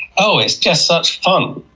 oh, it's just such fun!